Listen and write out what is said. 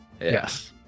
Yes